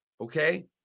okay